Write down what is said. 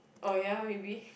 oh ya maybe